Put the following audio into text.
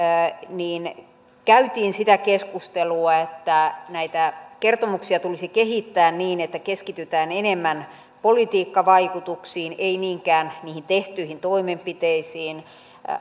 käytiin sitä keskustelua että näitä kertomuksia tulisi kehittää niin että keskitytään enemmän politiikkavaikutuksiin ei niinkään niihin tehtyihin toimenpiteisiin